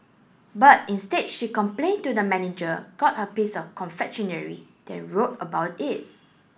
but instead she complained to the manager got her piece of confectionery then wrote about it